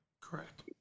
Correct